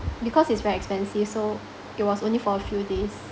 because it's very expensive so it was only for a few days